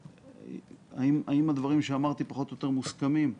האם הדברים שאמרתי פחות או יותר מוסכמים?